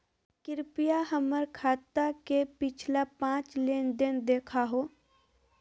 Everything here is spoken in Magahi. कृपया हमर खाता के पिछला पांच लेनदेन देखाहो